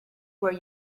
where